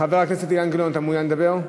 חבר הכנסת אילן גילאון, אתה מעוניין לדבר?